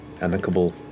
amicable